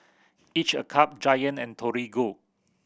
Each a Cup Giant and Torigo